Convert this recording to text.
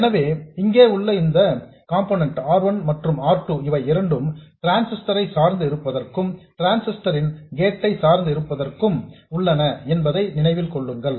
எனவே இங்கே உள்ள இந்த காம்பநெண்ட் R 1 மற்றும் R 2 இவை இரண்டும் டிரான்சிஸ்டர் ஐ சார்ந்து இருப்பதற்கும் டிரான்சிஸ்டர் ன் கேட் ஐ சார்ந்து இருப்பதற்கும் உள்ளன என்பதை நினைவில் கொள்ளுங்கள்